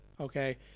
okay